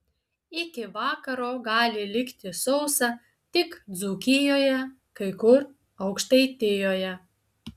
iki vakaro gali likti sausa tik dzūkijoje kai kur aukštaitijoje